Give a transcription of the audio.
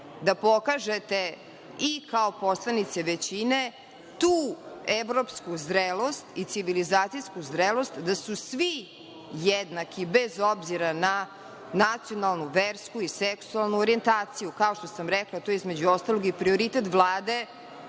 da pokažete i kao poslanici većine tu evropsku zrelost i civilizacijsku zrelost da su svi jednaki, bez obzira na nacionalnu, versku i seksualnu orijentaciju. Kao što sam rekla, to je, između ostalog, i prioritet Vlade